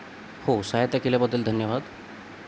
हो सहायता केल्याबद्दल धन्यवाद